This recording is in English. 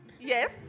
Yes